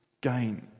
gain